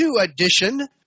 edition